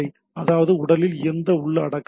அதாவது உடலில் எந்த உள்ளடக்கமும் இல்லை